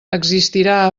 existirà